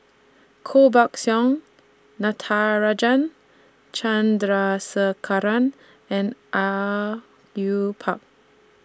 Koh Buck Song Natarajan Chandrasekaran and Au Yue Pak